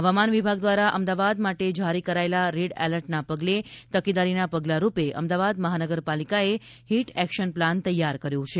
હવામાન વિભાગ દ્વારા અમદાવાદ માટે જારી કરાયેલા રેડ એલર્ટના પગલે તકેદારીના પગલાંરૂપે અમદાવાદ મહાનગરપાલિકાએ હીટ એક્શન પ્લાન તૈયાર કર્યો છે